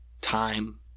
time